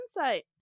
insight